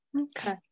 okay